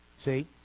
See